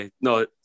no